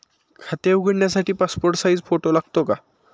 खाते उघडण्यासाठी passport size photo लागतो का?